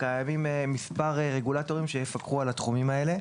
קיימים מספר רגולטורים שיפקחו על התחומים האלה,